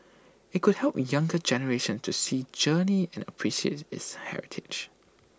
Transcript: IT could help younger generations to see journey and appreciate its heritage